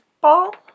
ball